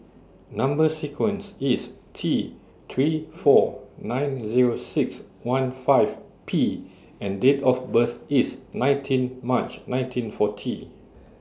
Number sequence IS T three four nine Zero six one five P and Date of birth IS nineteen March nineteen forty